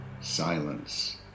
silence